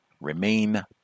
remain